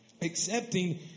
accepting